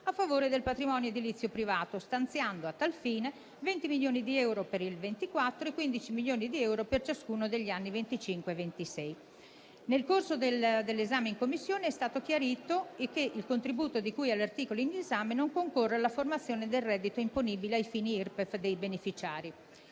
a favore del patrimonio edilizio privato, stanziando a tal fine 20 milioni di euro per il 2024 e 15 milioni di euro per ciascuno degli anni 2025 e 2026. Nel corso dell'esame in Commissione è stato chiarito che il contributo di cui all'articolo in esame non concorre alla formazione del reddito imponibile ai fini Irpef dei beneficiari.